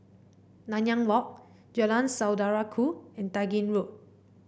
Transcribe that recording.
Nanyang Walk Jalan Saudara Ku and Tai Gin Road